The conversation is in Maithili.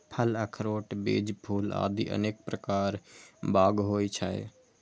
फल, अखरोट, बीज, फूल आदि अनेक प्रकार बाग होइ छै